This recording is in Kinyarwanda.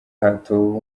hatowe